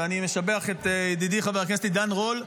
ואני משבח את ידידי חבר הכנסת עידן רול,